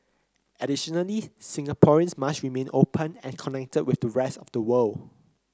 additionally Singaporeans must remain open and connected with the rest of the world